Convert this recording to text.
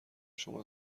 شما